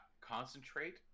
concentrate